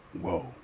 whoa